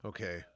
Okay